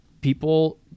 people